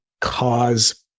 cause